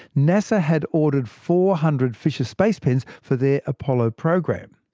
nasa had ordered four hundred fisher space pens for their apollo program.